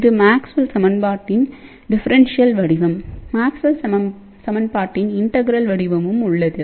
இது மேக்ஸ்வெல் சமன்பாட்டின் டிஃப்ரென்ஷியல் வடிவம் மேக்ஸ்வெல் சமன்பாட்டின் இன்டெக்ரெல் வடிவமும் உள்ளது